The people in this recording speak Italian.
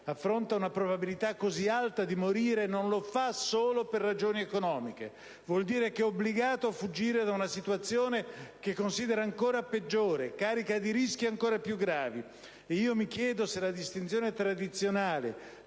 affronta una probabilità cosi alta di morire, non lo fa solo per ragioni economiche. Vuol dire che è obbligato a fuggire da una situazione che considera ancora peggiore, carica di rischi ancora più gravi. E io mi chiedo se la distinzione tradizionale